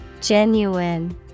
Genuine